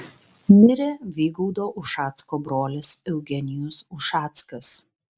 mirė vygaudo ušacko brolis eugenijus ušackas